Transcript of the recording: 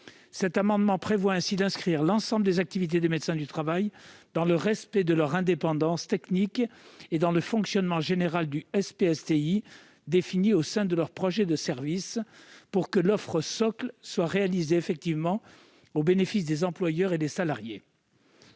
Cet amendement tend ainsi à inscrire l'ensemble des activités des médecins du travail, dans le respect de leur indépendance technique et dans le fonctionnement général du SPSTI défini au sein de leurs projets de service, pour que l'offre socle soit bien réalisée au bénéfice des employeurs et des salariés.